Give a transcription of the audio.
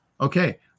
Okay